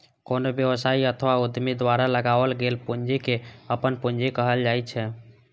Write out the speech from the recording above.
कोनो व्यवसायी अथवा उद्यमी द्वारा लगाओल गेल पूंजी कें अपन पूंजी कहल जाइ छै